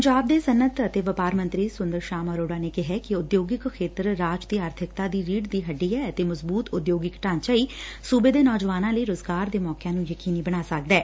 ਪੰਜਾਬ ਦੇ ਸਨੱਅਤ ਅਤੇ ਵਪਾਰ ਮੰਤਰੀ ਸੂੰਦਰ ਸ਼ਾਮ ਅਰੋੜਾ ਨੇ ਕਿਹਾ ਕਿ ਊਦਯੋਗਿਕ ਖੇਤਰ ਰਾਜ ਦੀ ਆਰਥਿਕਤਾ ਦੀ ਰੀੜ ਦੀ ਹੱਡੀ ਐ ਅਤੇ ਮਜ਼ਬੂਤ ਉਦਯੋਗਿਕ ਢਾਂਚਾ ਹੀ ਸੁਬੇ ਦੇ ਨੌਜਵਾਨਾਂ ਲਈ ਰੁਜ਼ਗਾਰ ਦੇ ਮੌਕਿਆਂ ਨੰ ਯਕੀਨੀ ਬਣਾ ਸਕਦੈ